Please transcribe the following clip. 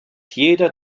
jeder